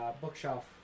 bookshelf